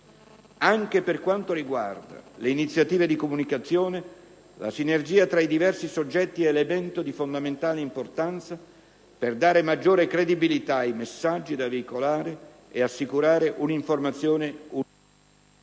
Anche per quanto riguarda le iniziative di comunicazione, la sinergia tra i diversi soggetti è elemento di fondamentale importanza per dare maggiore credibilità ai messaggi da veicolare e assicurare un'informazione univoca